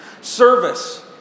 Service